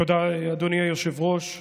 תודה, אדוני היושב-ראש.